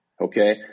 Okay